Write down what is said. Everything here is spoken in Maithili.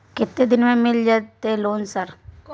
केतना दिन में मिल जयते लोन सर?